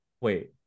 wait